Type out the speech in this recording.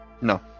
No